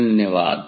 धन्यवाद